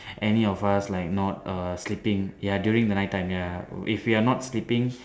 any of us like not err sleeping ya during the night time ya if we are not sleeping